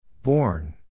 Born